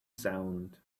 sound